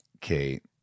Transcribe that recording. Kate